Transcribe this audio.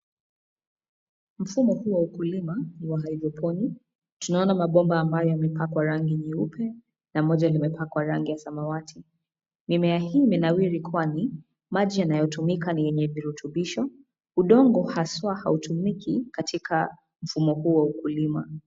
Mfumo huu wa ukulima wa hydroponic tunaona mabomba ambayo yamepakwa rangi nyeupe na moja limepakwa rangi ya samawati, mimea hii imenawiri kwani maji inayotumika ni yenye virutubisho. Udongo haswa hautumiki katika mfumo huu wa ukulima.